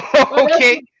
Okay